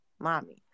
mommy